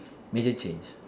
major change